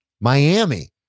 Miami